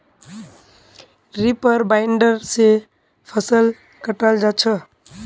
reaper binder से फसल कटाल जा छ